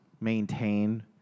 maintain